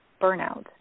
burnout